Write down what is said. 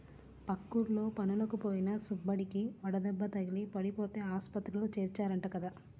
పక్కూర్లో పనులకి పోయిన సుబ్బడికి వడదెబ్బ తగిలి పడిపోతే ఆస్పత్రిలో చేర్చారంట కదా